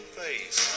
face